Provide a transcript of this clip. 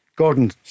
Gordon